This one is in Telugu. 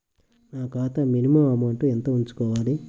నా ఖాతా మినిమం అమౌంట్ ఎంత ఉంచుకోవాలి?